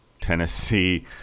Tennessee